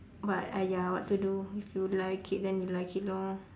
but !aiya! what to do if you like it then you like it lor